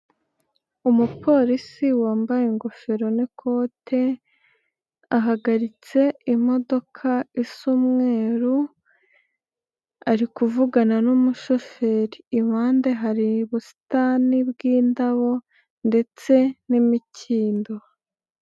Umupolisi wambaye ingofero n'ikote ahagaritse imodoka isa umweru ari kuvugana n'umushoferi, impande hari ubusitani bw'indabo ndetse n'imikindo.